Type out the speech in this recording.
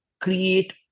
create